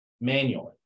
manually